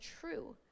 true